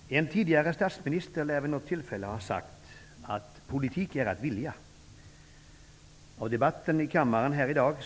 Herr talman! En tidigare statsminister lär vid något tillfälle ha sagt att politik är att vilja. Av debatten här i kammaren i dag